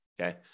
okay